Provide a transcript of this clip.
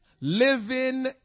living